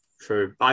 true